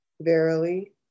Verily